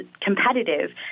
competitive